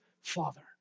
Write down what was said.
father